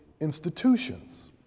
institutions